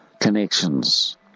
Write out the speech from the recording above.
connections